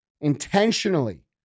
Intentionally